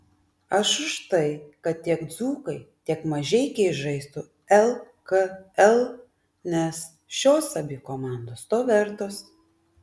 aš už tai kad tiek dzūkai tiek mažeikiai žaistų lkl nes šios abi komandos to vertos